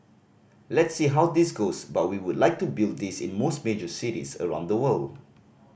let's see how this goes but we would like to build this in most major cities around the world